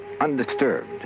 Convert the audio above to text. undisturbed